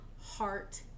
heart